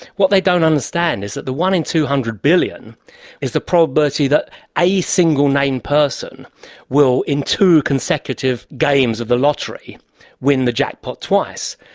what they don't understand is that the one in two hundred billion is the probability that a single name person will in two consecutive games of the lottery win the jackpot twice.